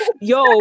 yo